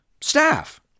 staff